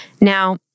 Now